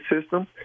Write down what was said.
system